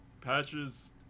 Patches